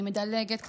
אני מדלגת קצת.